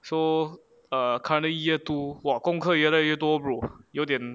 so err currently year two !wah! 功课越来越多 bro 有点